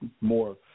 more